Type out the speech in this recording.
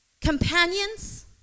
companions